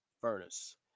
furnace